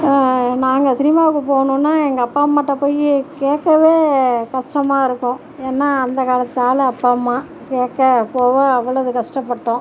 நாங்கள் சினிமாவுக்கு போகணுனா எங்கள் அப்பா அம்மாகிட்ட போய் கேட்கவே கஷ்டமாயிருக்கும் ஏன்னா அந்த காலத்து ஆள் அப்பா அம்மா கேட்க போக அவளோ கஷ்டப்பட்டோம்